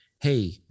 hey